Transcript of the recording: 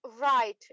right